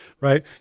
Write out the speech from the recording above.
right